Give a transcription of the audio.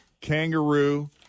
kangaroo